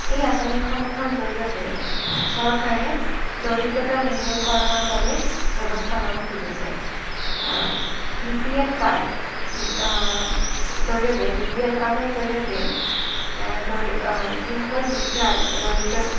এই আঁচনিসমূহৰ জৰিয়তে চৰকাৰে দৰিদ্ৰতা নিৰ্মূলকৰণৰ বাবে ব্যৱস্থা ল'ব খুজিছে বিপিএল কাৰ্ড জ জৰিয়তে বিপিএল কাৰ্ডৰ জৰিয়তে দ যিসকল দুখীয়া দৰিদ্ৰ